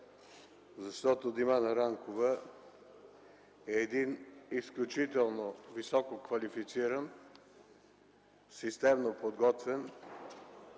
защото Димана Ранкова е изключително висококвалифициран, системно подготвен